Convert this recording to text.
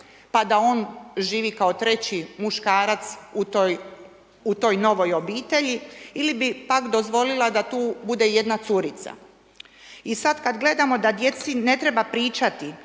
pa da on živi kao treći muškarac u toj novoj obitelji ili bi pak, dozvolila da tu bude jedna curica. I sad kad gledamo da djeci ne treba pričati,